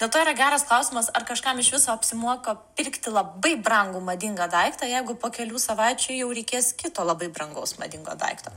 dėl to yra geras klausimas ar kažkam iš viso apsimoka pirkti labai brangų madingą daiktą jeigu po kelių savaičių jau reikės kito labai brangaus madingo daikto